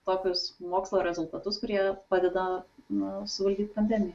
tokius mokslo rezultatus kurie padeda na suvaldyt pandemiją